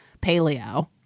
paleo